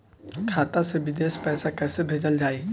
खाता से विदेश पैसा कैसे भेजल जाई?